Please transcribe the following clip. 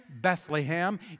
Bethlehem